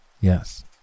Yes